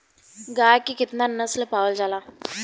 गाय के केतना नस्ल पावल जाला?